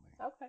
Okay